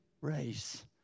race